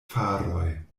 faroj